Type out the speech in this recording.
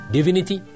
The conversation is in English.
Divinity